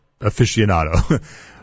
aficionado